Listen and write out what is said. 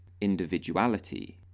individuality